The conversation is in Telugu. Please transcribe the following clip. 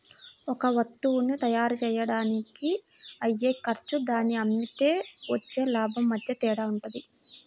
ఒక వత్తువుని తయ్యారుజెయ్యడానికి అయ్యే ఖర్చు దాన్ని అమ్మితే వచ్చే లాభం మధ్య తేడా వుంటది